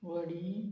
व्हडीं